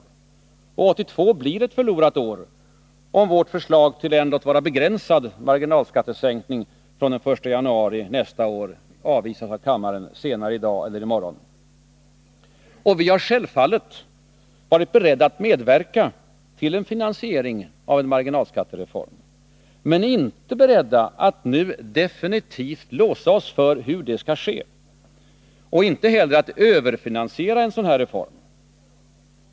1982 blir ett förlorat år, om vårt förslag till en, låt vara begränsad, marginalskattesänkning från den 1 januari nästa år avvisas av kammaren i dag eller i morgon. Vi har självfallet varit beredda att medverka till en finansiering av en marginalskattereform. Men vi är inte beredda att nu definitivt låsa oss för hur det skall ske, och vi är inte heller beredda att överfinansiera en sådan här reform.